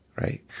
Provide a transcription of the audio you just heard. right